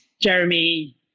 Jeremy